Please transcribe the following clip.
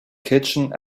kitchen